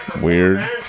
weird